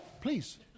please